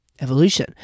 evolution